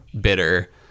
bitter